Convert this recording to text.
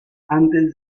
antes